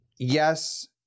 Yes